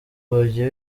bagiye